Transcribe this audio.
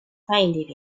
finding